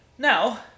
Now